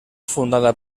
fundada